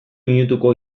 minutuko